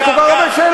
יש כל כך הרבה שאלות.